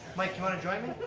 mike you want to join me?